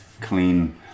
clean